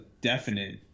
definite